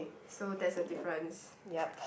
so that's the difference